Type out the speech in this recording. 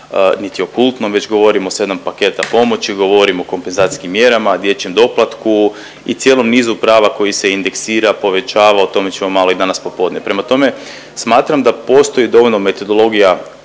niti o kultnom već govorimo o sedam paketa pomoći, govorimo o kompenzacijskim mjerama, dječjem doplatku i cijelom nizu prava koji se indeksira, povećava o tome ćemo malo i danas popodne. Prema tome, smatram da postoji dovoljno metodologija